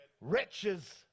wretches